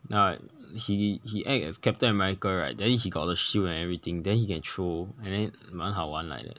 ya he he act as captain america right then he got the shield and everything then he can throw and then 蛮好玩 like that